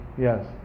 Yes